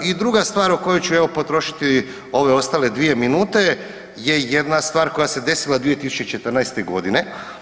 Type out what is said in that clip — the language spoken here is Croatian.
I druga stvar o kojoj ću evo potrošiti ove ostale dvije minute je jedna stvar koja se desila 2014.g.